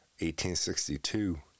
1862